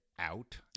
out